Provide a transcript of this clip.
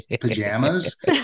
pajamas